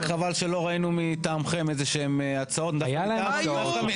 רק חבל שלא ראינו מטעמכם איזה שהם הצעות --- היו להם הצעות.